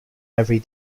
every